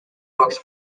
books